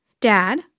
Dad